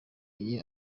iyi